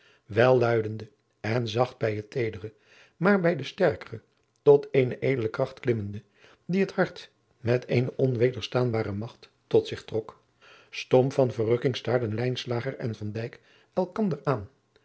welluidende en zacht bij het teedere maar bij de sterkere tot eene edele kracht klimmende die het hart met eene onwederstaanbare magt tot zich trok stom van verrukking staarden lijnslager en van dijk elkander aan